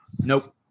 Nope